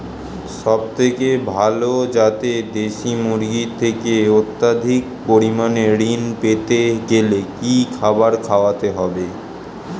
সবথেকে ভালো যাতে দেশি মুরগির থেকে অত্যাধিক পরিমাণে ঋণ পেতে গেলে কি খাবার খাওয়াতে হবে?